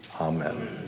Amen